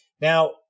Now